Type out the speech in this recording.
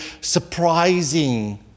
surprising